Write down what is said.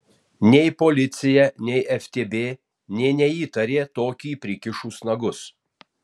nei policija nei ftb nė neįtarė tokį prikišus nagus